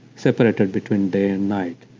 separated between day and night,